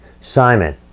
Simon